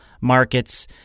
markets